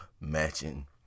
matching